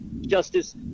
Justice